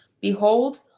Behold